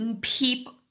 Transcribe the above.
people